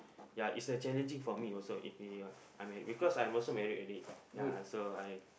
ya its a challenging for me also if you are I'm married because I'm also married already ya so I